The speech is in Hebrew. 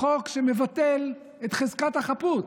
החוק שמבטל את חזקת החפות,